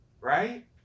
Right